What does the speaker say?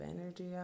energy